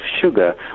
sugar